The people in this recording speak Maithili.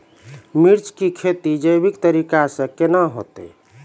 मिर्ची की खेती जैविक तरीका से के ना होते?